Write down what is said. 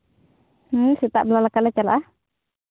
ᱦᱮᱸ ᱥᱮᱛᱟᱜ ᱵᱮᱲᱟ ᱞᱮᱠᱟᱞᱮ ᱪᱟᱞᱟᱜᱼᱟ